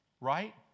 right